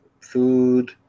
food